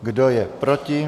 Kdo je proti?